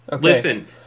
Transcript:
listen